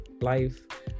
life